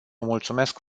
mulțumesc